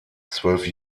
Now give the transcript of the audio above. zwölf